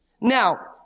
Now